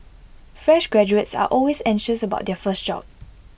fresh graduates are always anxious about their first job